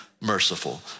merciful